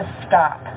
stop